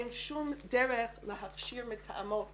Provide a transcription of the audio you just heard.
אין שום דרך להכשיר מתאמות